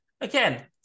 again